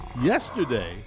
yesterday